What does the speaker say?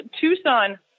Tucson